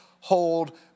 hold